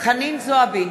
חנין זועבי,